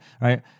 right